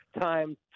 time